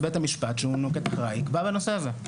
בית המשפט יקבע לנושא הזה?